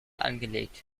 angelegt